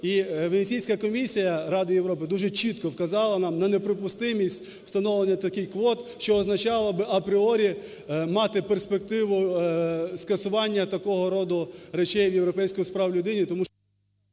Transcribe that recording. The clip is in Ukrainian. І Венеційська комісія Ради Європи дуже чітко вказала нам на неприпустимість встановлення таких квот, що означало би апріорі мати перспективу скасування такого роду речей в Європейському суді з прав людини…